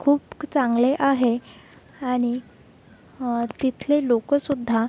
खूप चांगले आहे आणि तिथले लोकंसुद्धा